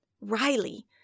Riley